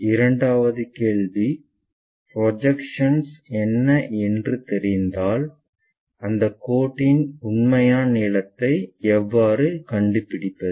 இரண்டாவது கேள்வி ப்ரொஜெக்ஷன் என்ன என்று தேரிந்தால் அந்த கோட்டின் உண்மையான நீளத்தை எவ்வாறு கண்டுபிடிப்பது